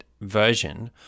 version